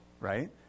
right